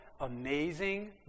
amazing